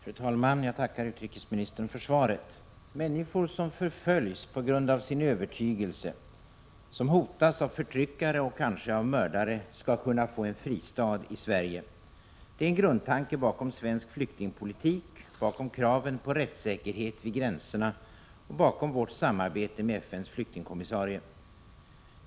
Fru talman! Jag tackar utrikesministern för svaret. Människor som förföljs på grund av sin övertygelse, som hotas av förtryckare och kanske av mördare, skall kunna få en fristad i Sverige. Detta är en grundtanke i svensk flyktingpolitik, bakom kraven på rättssäkerhet vid gränserna och bakom vårt samarbete med FN:s flyktingkommissarie.